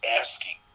asking